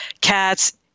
Cats